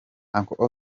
uncle